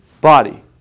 body